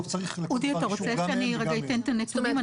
אודי, אתה רוצה שאני רגע אתן את הנתונים?